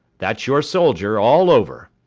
that's your soldier all over!